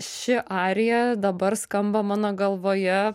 ši arija dabar skamba mano galvoje